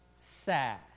Sad